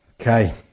Okay